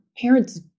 parents